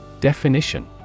Definition